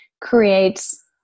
creates